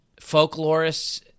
Folklorists